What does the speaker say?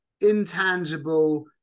intangible